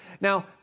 Now